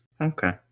Okay